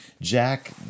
Jack